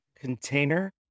container